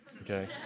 okay